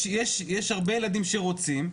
יש הרבה ילדים שרוצים,